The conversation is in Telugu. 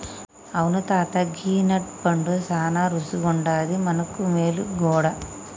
అవును తాత గీ నట్ పండు సానా రుచిగుండాది మనకు మేలు గూడా